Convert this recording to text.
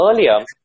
earlier